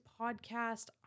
podcast